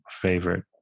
favorite